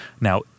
Now